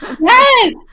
Yes